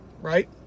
Right